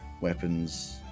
weapons